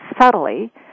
subtly